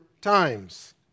times